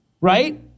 Right